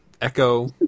echo